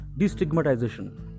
destigmatization